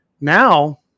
now